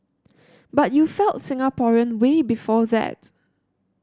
but you felt Singaporean way before that